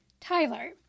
Tyler